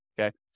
okay